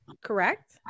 correct